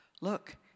look